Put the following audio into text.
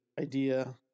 idea